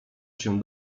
się